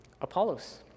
Apollos